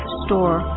store